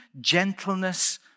gentleness